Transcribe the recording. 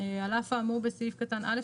(ב)על אף האמור בסעיף קטן (א),